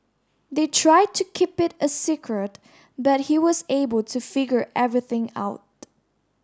they tried to keep it a secret but he was able to figure everything out